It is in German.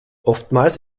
oftmals